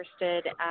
interested